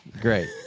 Great